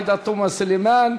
עאידה תומא סלימאן,